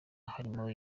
harimo